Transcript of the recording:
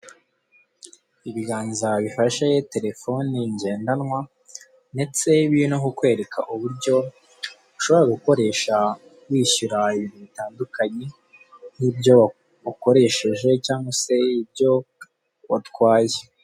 Ibiganza bifashe telefoni ngendanwa ndetse biri no kukwereka uburyo ushobora gukoresha wishyura ibintu bitandukanye nk'ibyo wakoresheje cyangwa se ibyo watwaye.